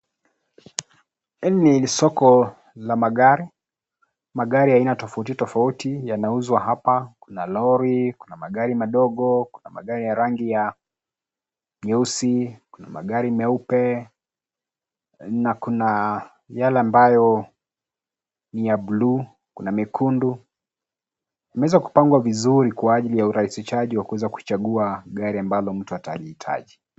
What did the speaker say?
Hili ni soko la magari, magari ya aina tofauti tofauti yanauzwa hapa kuna lori, kuna magari madogo, kuna magari ya rangi ya nyeusi, kuna magari meupe na kuna yale ambayo ni ya blue kuna mekundu. Imeweza kupangwa vizuri kwa ajili ya urahisishaji wa kuweza kuchagua gari ambalo mtu atalihitaji.